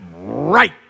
right